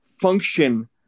function